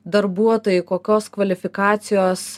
darbuotojai kokios kvalifikacijos